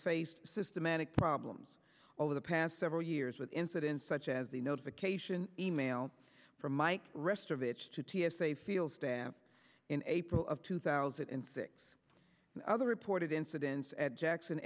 faced systematic problems over the past several years with incidents such as the notification email from mike rest of it's to t s a field staff in april of two thousand and six other reported incidents at jackson